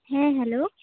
ᱦᱮᱸ ᱦᱮᱞᱳ